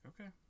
okay